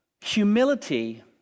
Humility